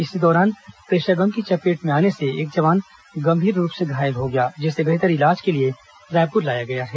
इसी दौरान pressure bomb की चपेट में आने से एक जवान गंभीर रूप से घायल हो गया जिसे बेहतर इलाज के लिए रायपुर लाया गया है